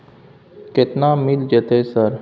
केतना मिल जेतै सर?